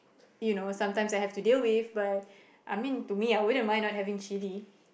you know sometimes I have to deal with but I mean to me I wouldn't mind not having chilli